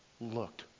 looked